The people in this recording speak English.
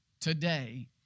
today